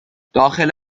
داخل